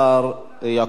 שר המשפטים.